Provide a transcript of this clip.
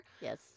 Yes